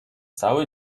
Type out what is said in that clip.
cały